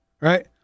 Right